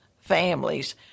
families